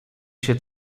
się